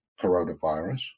coronavirus